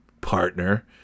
partner